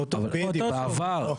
בעבר,